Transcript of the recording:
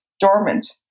dormant